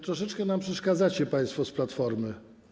Troszeczkę przeszkadzacie państwo z Platformy.